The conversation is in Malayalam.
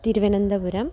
തിരുവനന്തപുരം